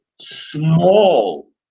small